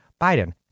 Biden